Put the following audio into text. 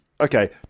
okay